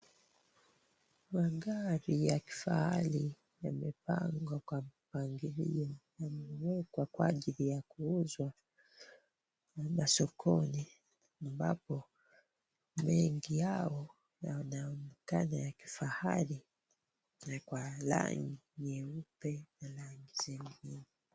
Magari ya kifahari yamepangwa kwa mpangilio. Yameweka kwa ajili ya kuuzwa masokoni ambapo mengi yao yanaonekana ya kifahari na kwa rangi nyeupe na rangi zingine.